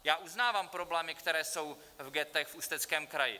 Já uznávám problémy, které jsou v ghettech v Ústeckém kraji.